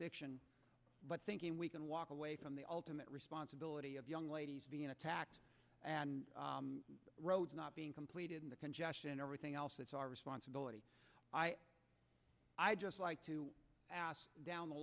jurisdiction but thinking we can walk away from the ultimate responsibility of young ladies being attacked and roads not being completed in the congestion and everything else that's our responsibility i just like to ask down the